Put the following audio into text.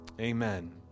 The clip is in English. Amen